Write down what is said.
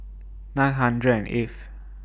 nine hundred and eighth